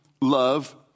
love